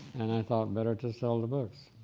and i thought better to sell the books.